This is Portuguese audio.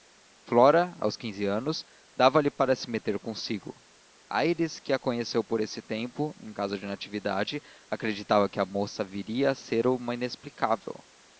flora aos quinze anos dava-lhe para se meter consigo aires que a conheceu por esse tempo em casa de natividade acreditava que a moça viria a ser uma inexplicável